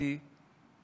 באתי